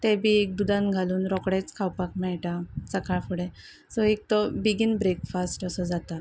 ते बी एक दुदान घालून रोकडेच खावपाक मेळटा सकाळ फुडें सो एक तो बेगीन ब्रेकफास्ट असो जाता